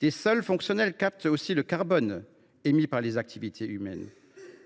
Des sols fonctionnels captent aussi le carbone émis par les activités humaines.